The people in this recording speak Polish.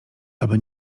aby